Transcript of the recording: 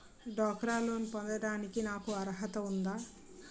డ్వాక్రా లోన్ పొందటానికి నాకు అర్హత ఉందా?